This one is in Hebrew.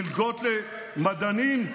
מלגות למדענים,